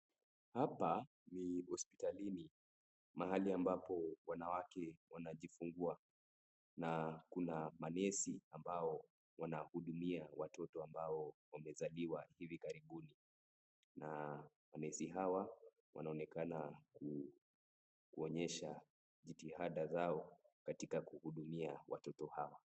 Hapa ni hospitalini, mahali ambapo wanawake wanajifungua, na kuna manesi ambao wanahudumia watoto ambao wamezaliwa hivi karibuni. Na manesi hawa wanaonekana kuonyesha jitihada zao katika kuhudumia watoto hawa.